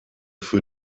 für